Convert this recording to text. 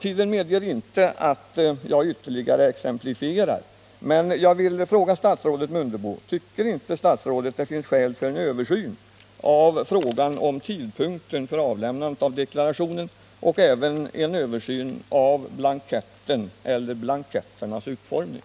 Tiden medger inte att jag ytterligare exemplifierar. Men jag vill fråga statsrådet Mundebo: Tycker inte statsrådet det finns skäl för en översyn av frågan om tidpunkten för avlämnandet av deklarationen och även en översyn av blankettens eller blanketternas utformning?